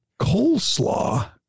Coleslaw